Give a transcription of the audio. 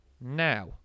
now